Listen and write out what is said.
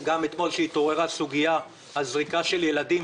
גם אתמול כשהתעוררה סוגיה על זריקה של ילדים,